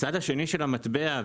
הצד השני של המטבע,